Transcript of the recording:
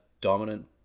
dominant